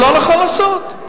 לא נכון לעשות את זה.